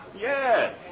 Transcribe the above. Yes